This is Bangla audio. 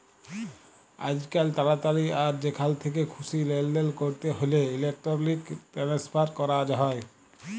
আইজকাল তাড়াতাড়ি আর যেখাল থ্যাকে খুশি লেলদেল ক্যরতে হ্যলে ইলেকটরলিক টেনেসফার ক্যরা হয়